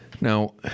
Now